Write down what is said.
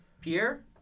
Pierre